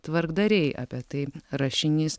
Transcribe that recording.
tvarkdariai apie tai rašinys